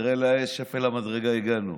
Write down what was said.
תראה לאיזה שפל המדרגה הגענו,